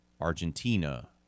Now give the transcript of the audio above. Argentina